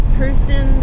person